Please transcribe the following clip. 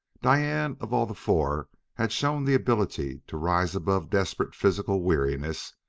diane of all the four had shown the ability to rise above desperate physical weariness,